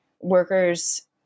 workers